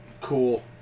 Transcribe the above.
Cool